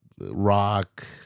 rock